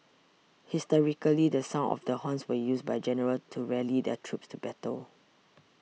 historically the sound of the horns were used by generals to rally their troops to battle